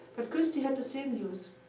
but christy had the same views,